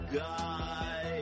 guy